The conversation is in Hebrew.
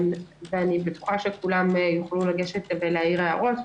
ואני בטוחה שכולם יוכלו לגשת ולהעיר הערות.